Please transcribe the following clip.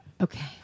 Okay